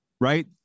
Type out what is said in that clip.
right